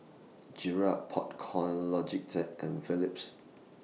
Garrett Popcorn Logitech and Phillips